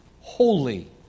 holy